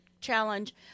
challenge